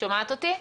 שומעת אותי?